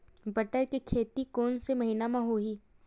बटर के खेती कोन से महिना म होही?